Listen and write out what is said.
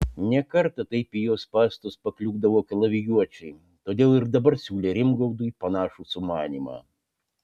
ne kartą taip į jo spąstus pakliūdavo kalavijuočiai todėl ir dabar siūlė rimgaudui panašų sumanymą